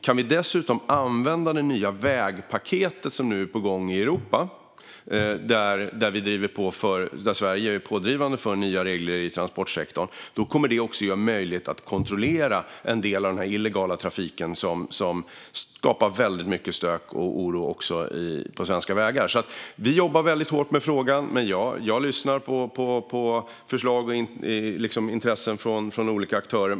Kan vi dessutom använda det nya vägpaketet som är på gång i Europa, där Sverige är pådrivande för nya regler inom transportsektorn, kommer vi att kunna kontrollera en del av den illegala trafik som skapar så mycket stök och oro på svenska vägar. Vi jobbar hårt med frågan, men jag lyssnar gärna på förslag och synpunkter från olika aktörer.